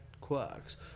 quirks